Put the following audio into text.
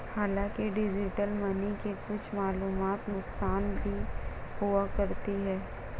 हांलाकि digital money के कुछ मूलभूत नुकसान भी हुआ करते हैं